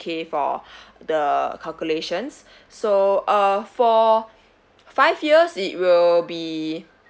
K for the calculations so uh for five years it will be